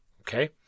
Okay